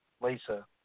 Lisa